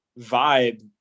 vibe